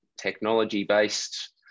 Technology-based